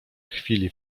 chwili